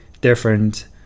different